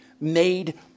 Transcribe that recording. made